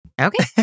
Okay